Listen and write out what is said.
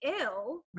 ill